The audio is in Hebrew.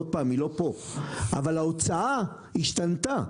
ההוצאה השתנתה,